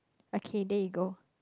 okay there you go